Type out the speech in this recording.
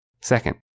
Second